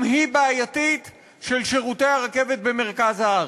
גם היא בעייתית, של שירותי הרכבת במרכז הארץ.